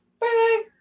Bye